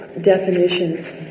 definitions